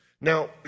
Now